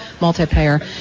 multi-payer